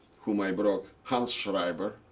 whom i broke, hans schreiber,